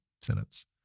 sentence